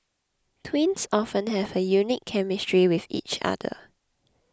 twins often have a unique chemistry with each other